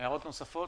הערות נוספות?